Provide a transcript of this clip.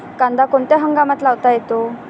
कांदा कोणत्या हंगामात लावता येतो?